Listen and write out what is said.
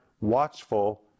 watchful